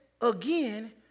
again